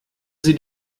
sie